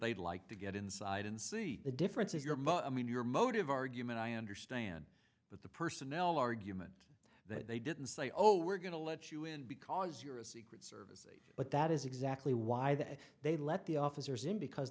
they'd like to get inside and see the difference is your mother i mean your motive argument i understand but the personnel argument that they didn't say oh we're going to let you in because you're a secret but that is exactly why they they let the officers in because